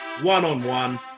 one-on-one